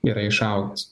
yra išaugęs